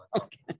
Okay